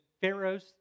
Pharaoh's